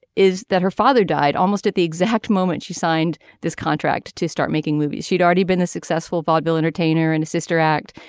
is that her father died almost at the exact moment she signed this contract to start making movies she'd already been a successful vaudeville entertainer and a sister act.